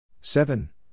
seven